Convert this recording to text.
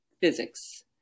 physics